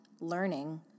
learning